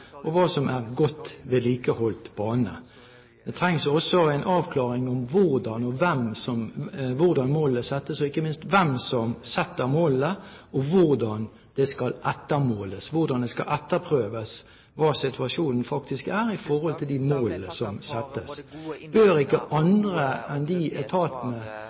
og hva som er godt vedlikeholdt bane. Det trengs også en avklaring med hensyn til hvordan målene settes og ikke minst hvem som setter målene, og hvordan det skal ettermåles, etterprøves, hva som faktisk er situasjonen i forhold til de målene som settes. Bør ikke andre enn de etatene